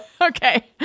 Okay